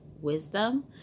wisdom